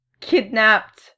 kidnapped